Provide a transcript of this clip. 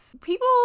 People